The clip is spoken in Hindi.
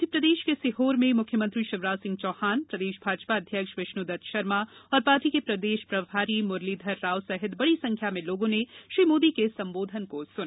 मध्यप्रदेश के सीहोर में मुख्यमंत्री शिवराज सिंह चौहान प्रदेश भाजपा अध्यक्ष विष्णुदत्त शर्मा और पार्टी के प्रदेश प्रभारी मुरलीधर राव सहित बड़ी संख्या में लोगों ने श्री मोदी के संबोधन को सुना